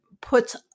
puts